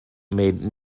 made